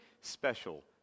special